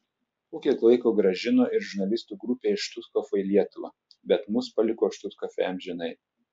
po kiek laiko grąžino ir žurnalistų grupę iš štuthofo į lietuvą bet mus paliko štuthofe amžinai